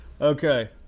Okay